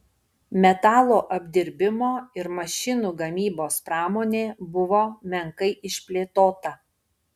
metalo apdirbimo ir mašinų gamybos pramonė buvo menkai išplėtota